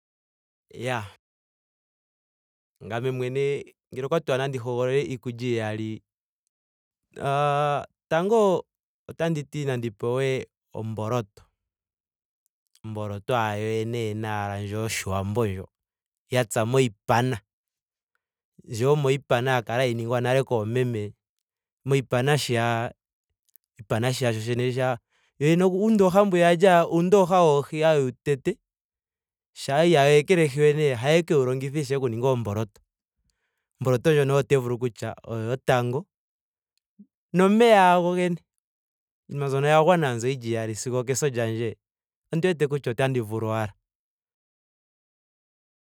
Iyaa ngame mwene okwa tiwa nandi hogolole iiikulya iyali aaaah tango otandi ti nandi pewe omboloto. omboloto ashike yoye yene yene ashike ndjo yoshiwambo ndjo. ya pya moshipana. ndyo yomoshipana ya kala hayi ningwa nale koomeme moshipana shiya. oshipana shiya shoshene sha. wo wene uundoha mbwiya kwali haya uundoha woohi haye wu tete. shaa ihaya wu ekelehi we nee. ohaye ku wu longitha ishewe okuninga oomboloto. Omboloto ndjono oyo te vulu kutya oyo yotango nomeya ashike gogene. inima mbyono oya gwana owala yili iyali mbyo sigo okeso lyandje. Ondi wete kutya otandi vulu owala.